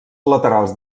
laterals